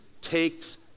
takes